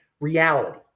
reality